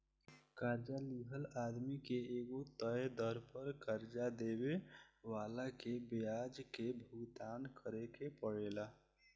कर्जा लिहल आदमी के एगो तय दर पर कर्जा देवे वाला के ब्याज के भुगतान करेके परेला